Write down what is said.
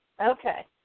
Okay